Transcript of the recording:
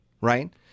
right